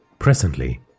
Presently